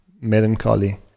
Melancholy